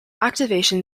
activation